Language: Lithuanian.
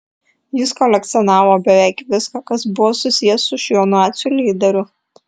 jis kolekcionavo beveik viską kas buvo susiję su šiuo nacių lyderiu